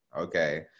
Okay